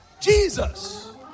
Jesus